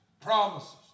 promises